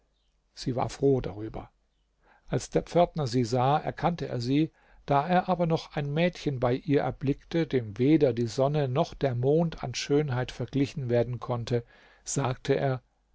sie war froh darüber als der pförtner sie sah erkannte er sie da er aber noch ein mädchen bei ihr erblickte dem weder die sonne noch der mond an schönheit verglichen werden konnte sagte er